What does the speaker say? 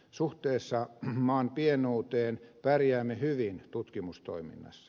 suhteessa maan pienuuteen pärjäämme hyvin tutkimustoiminnassa